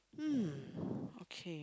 um okay